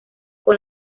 con